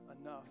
enough